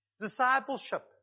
Discipleship